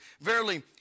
Verily